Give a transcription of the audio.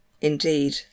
Indeed